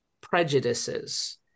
prejudices